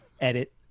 edit